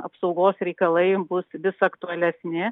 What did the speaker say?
apsaugos reikalai bus vis aktualesni